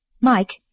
Mike